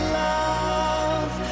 love